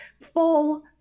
full